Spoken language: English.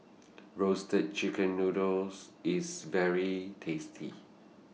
Roasted Chicken Noodles IS very tasty